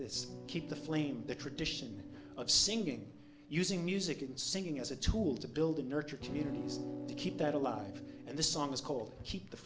this keep the flame the tradition of singing using music and singing as a tool to build and nurture communities to keep that alive the song is called keep the